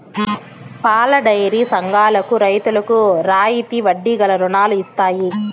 పాలడైరీ సంఘాలకు రైతులకు రాయితీ వడ్డీ గల రుణాలు ఇత్తయి